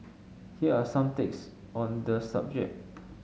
here are some takes on the subject